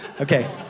okay